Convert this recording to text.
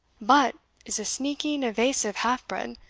but is a sneaking, evasive, half-bred,